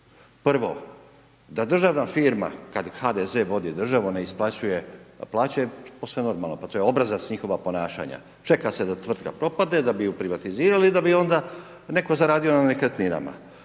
Prvo da državna firma kada HDZ vodi državu ne isplaćuje plaće posve je normalno, pa to je obrazac njihova ponašanja, čeka se da tvrtka propadne da bi ju privatizirali da bi onda netko zaradio nekretninama.